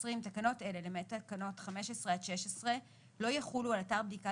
20. תקנות אלה למעט תקנות 15 עד 16 לא יחולו על אתר בדיקה